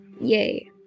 yay